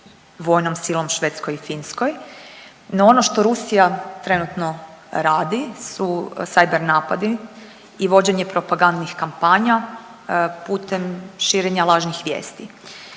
vojnom silom Švedskoj i Finskoj. No ono što Rusija trenutno radi su sajber napadi i vođenje propagandnih kampanja putem širenja lažnih vijesti.